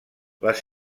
les